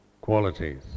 qualities